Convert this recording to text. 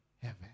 heaven